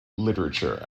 literature